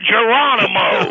Geronimo